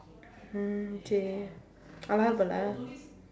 mm okay அழகா இருப்பானா:azhakaa iruppaanaa